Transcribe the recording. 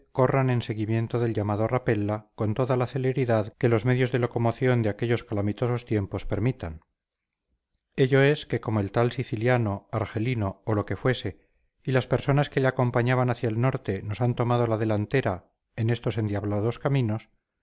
corran en seguimiento del llamado rapella con toda la celeridad que los medios de locomoción de aquellos calamitosos tiempos permitan ello es que como el tal siciliano argelino o lo que fuese y las personas que le acompañan hacia el norte nos han tomado la delantera en estos endiablados caminos